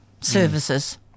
services